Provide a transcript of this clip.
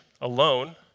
alone